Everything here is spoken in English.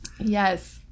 Yes